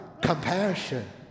compassion